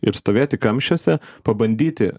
ir stovėti kamščiuose pabandyti